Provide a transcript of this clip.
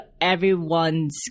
everyone's